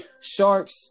sharks